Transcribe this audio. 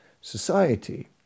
society